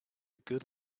good